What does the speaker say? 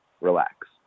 relax